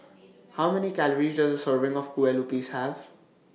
How Many Calories Does A Serving of Kueh Lupis Have